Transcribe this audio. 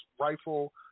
rifle